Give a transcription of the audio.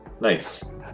Nice